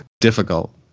difficult